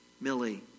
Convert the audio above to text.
Millie